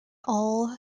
all